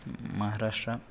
Maharashtra